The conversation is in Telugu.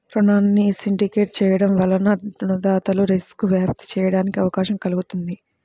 రుణాన్ని సిండికేట్ చేయడం వలన రుణదాతలు రిస్క్ను వ్యాప్తి చేయడానికి అవకాశం కల్గుతుంది